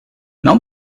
now